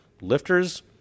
lifters